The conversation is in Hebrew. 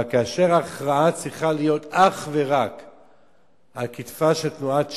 אבל כאשר ההכרעה צריכה להיות אך ורק על כתפיה של תנועת ש"ס,